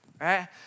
right